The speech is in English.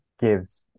gives